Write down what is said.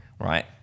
right